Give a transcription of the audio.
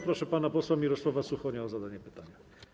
Proszę pana posła Mirosława Suchonia o zadanie pytania.